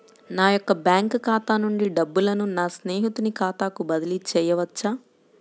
నా యొక్క బ్యాంకు ఖాతా నుండి డబ్బులను నా స్నేహితుని ఖాతాకు బదిలీ చేయవచ్చా?